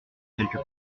quelque